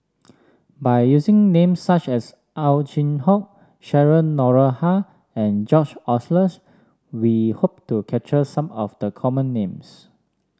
by using names such as Ow Chin Hock Cheryl Noronha and George Oehlers we hope to capture some of the common names